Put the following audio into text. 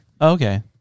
Okay